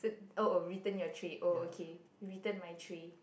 s~ oh oh return your tray oh okay return my tray